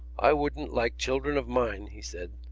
i wouldn't like children of mine, he said,